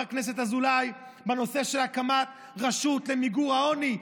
הכנסת אזולאי בנושא של הקמת רשות למיגור העוני.